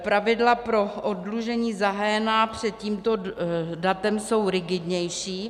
Pravidla pro oddlužení zahájená před tímto datem jsou rigidnější.